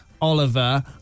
Oliver